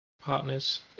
partners